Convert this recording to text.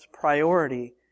priority